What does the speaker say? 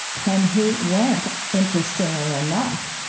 when he went, interestingly enough,